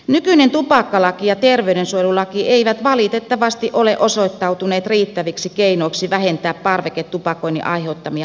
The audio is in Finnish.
nykyinen tupakkalaki ja terveydensuojelulaki eivät valitettavasti ole osoittautuneet riittäviksi keinoiksi vähentää parveketupakoinnin aiheuttamia haittoja